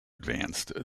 advanced